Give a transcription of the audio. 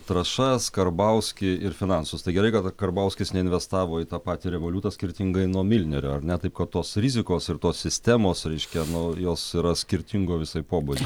trąšas karbauskį ir finansus tai gerai kad karbauskis neinvestavo į tą patį revoliutą skirtingai nuo milnerio ar ne taip kad tos rizikos ir tos sistemos raiškia nu jos yra skirtingo visai pobūdžio